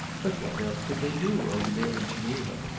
but what else could they do over there in geneva?